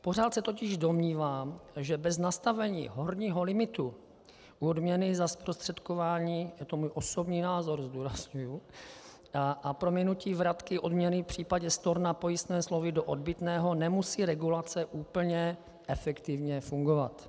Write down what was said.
Pořád se totiž domnívám, že bez nastavení horního limitu odměny za zprostředkování je to můj osobní názor, zdůrazňuji a prominutí vratky odměny v případě storna pojistné smlouvy do odbytného nemusí regulace úplně efektivně fungovat.